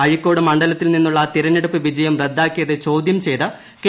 അഴിക്കോട് മണ്ഡലത്തിൽ നിന്നുള്ള പതിരഞ്ഞെടുപ്പ് വിജയം വദ്ദാക്കിയത് ചോദ്യം ചെയ്ത് കെ